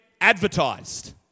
advertised